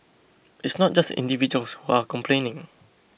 it's not just individuals who are complaining